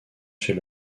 chez